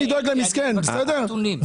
תאמין לי,